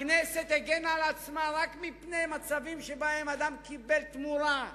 הכנסת הגנה על עצמה רק מפני מצבים שבהם אדם קיבל תמורה.